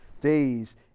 days